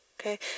okay